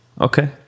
Okay